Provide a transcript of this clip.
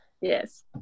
Yes